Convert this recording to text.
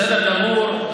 בסדר גמור.